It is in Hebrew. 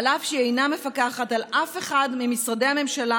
אף שהיא איננה מפקחת על אף אחד ממשרדי הממשלה